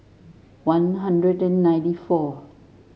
One Hundred and ninety four